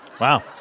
Wow